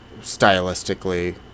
stylistically